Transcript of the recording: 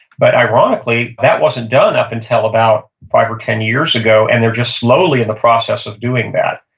but ironically, that wasn't done up until about five or ten years ago, and they're just slowly in the process of doing that.